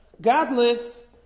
godless